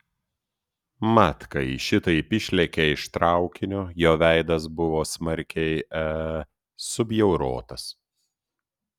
mat kai jis šitaip išlėkė iš traukinio jo veidas buvo smarkiai e subjaurotas